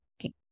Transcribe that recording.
Okay